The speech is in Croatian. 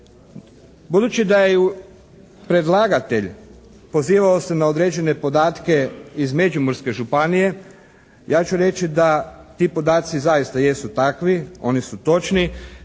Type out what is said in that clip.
Budući da je predlagatelj pozivao se na određene podatke iz Međimurske županije, ja ću reći da ti podaci zaista jesu takvi, oni su točni.